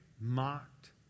mocked